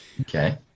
Okay